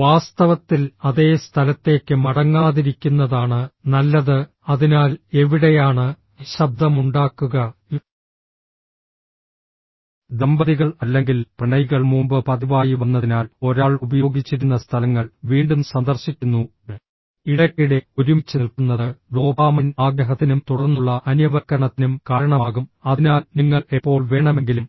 വാസ്തവത്തിൽ അതേ സ്ഥലത്തേക്ക് മടങ്ങാതിരിക്കുന്നതാണ് നല്ലത് അതിനാൽ എവിടെയാണ് ശബ്ദമുണ്ടാക്കുക ദമ്പതികൾ അല്ലെങ്കിൽ പ്രണയികൾ മുമ്പ് പതിവായി വന്നതിനാൽ ഒരാൾ ഉപയോഗിച്ചിരുന്ന സ്ഥലങ്ങൾ വീണ്ടും സന്ദർശിക്കുന്നു ഇടയ്ക്കിടെ ഒരുമിച്ച് നിൽക്കുന്നത് ഡോപാമൈൻ ആഗ്രഹത്തിനും തുടർന്നുള്ള അന്യവൽക്കരണത്തിനും കാരണമാകും അതിനാൽ നിങ്ങൾ എപ്പോൾ വേണമെങ്കിലും